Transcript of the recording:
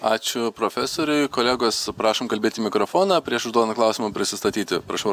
ačiū profesoriui kolegos prašom kalbėt į mikrofoną prieš užduodant klausimą prisistatyti prašau